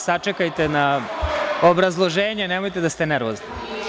Sačekajte na obrazloženje, nemojte da ste nervozni.